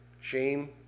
Shame